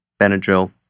Benadryl